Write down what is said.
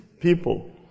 people